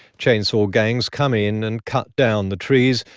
chainsaw gangs come in and cut down the trees.